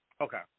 Okay